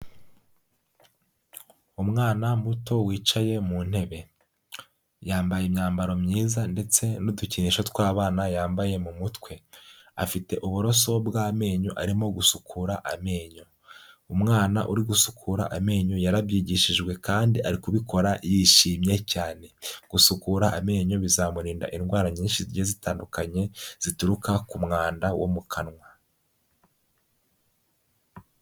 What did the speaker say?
Umwana muto wicaye mu ntebe, yambaye imyambaro myiza ndetse n'udukinisho tw'abana yambaye mu mutwe, afite uburoso bw'amenyo arimo gusukura amenyo, umwana uri gusukura amenyo yarabyigishijwe kandi ari kubikora yishimye cyane, gusukura amenyo bizamurinda indwara nyinshi zigiye zitandukanye zituruka ku mwanda wo mu kanwa.